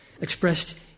expressed